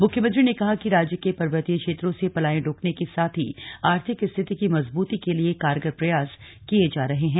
मुख्यमंत्री ने कहा कि राज्य के पर्वतीय क्षेत्रों से पलायन रोकने के साथ ही आर्थिक स्थिति की मजबूती के लिये कारगर प्रयास किये जा रहे हैं